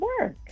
work